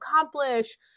accomplish